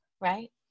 right